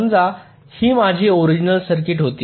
समजा ही माझी ओरिजिनल सर्किट होती